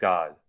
God